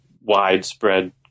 widespread